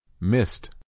missed